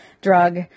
drug